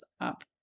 up